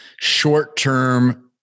short-term